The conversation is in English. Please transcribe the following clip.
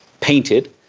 painted